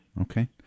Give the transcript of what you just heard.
okay